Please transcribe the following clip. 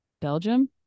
Belgium